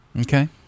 Okay